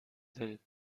will